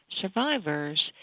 survivors